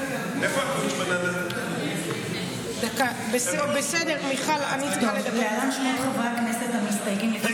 2. להלן שמות חברי הכנסת המסתייגים לפי